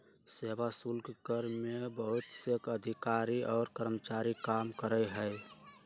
सेवा शुल्क कर में बहुत से अधिकारी और कर्मचारी काम करा हई